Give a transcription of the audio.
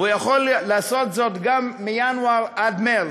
והוא יכול לעשות זאת מינואר עד מרס,